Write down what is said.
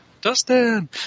Dustin